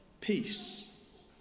peace